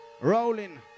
rolling